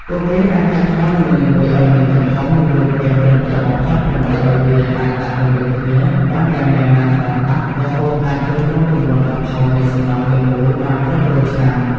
ពួកគេអាចកាត់ថ្មនីមួយៗឱ្យមានទំហំ និងរូបរាងត្រឹមត្រូវបំផុត ដើម្បីឱ្យវាអាចដាក់តម្រៀបគ្នាបានយ៉ាងណែនណាន់តាន់តាប់ រហូតអាចទ្រទ្រង់ទម្ងន់ដ៏ធំនៃសំណង់ទាំងមូលបានរាប់រយឆ្នាំ។